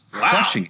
Wow